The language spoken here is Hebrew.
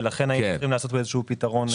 ולכן היינו צריכים ליישם פה איזשהו פתרון.